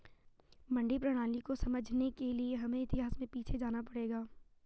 मंडी प्रणाली को समझने के लिए हमें इतिहास में पीछे जाना पड़ेगा